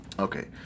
Okay